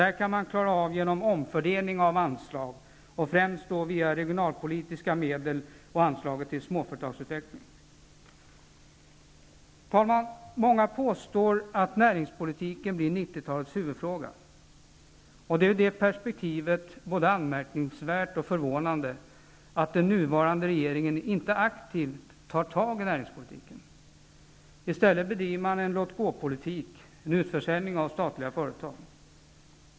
Detta kan klaras genom omfördelning av anslag, främst via regionalpolitiska medel och anslaget till småföretagsutveckling. Herr talman! Många påstår att näringspolitiken blir 90-talets huvudfråga. Ur det perspektivet är det både anmärkningsvärt och förvånande att den nuvarande regeringen inte aktivt tar tag i näringspolitiken. I stället bedrivs det en låt-gåpolitik med utförsäljning av statliga företag.